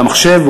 על המחשב,